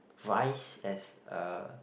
rice as a